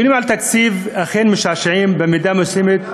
הדיונים על התקציב אכן משעשעים במידה מסוימת,